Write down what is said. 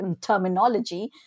terminology